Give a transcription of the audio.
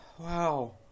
wow